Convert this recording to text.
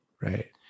right